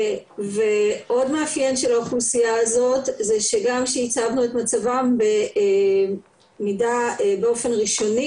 עוד מאפיין של האוכלוסייה הזאת זה שגם כשייצבנו את מצבם באופן ראשוני,